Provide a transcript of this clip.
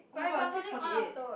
oh-my-god it's six forty eight